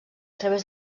través